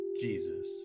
Jesus